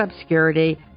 obscurity